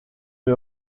une